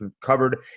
covered